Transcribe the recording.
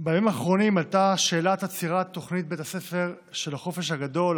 בימים האחרונים עלתה שאלת עצירת תוכנית בית הספר של החופש הגדול,